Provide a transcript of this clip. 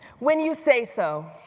when you say so.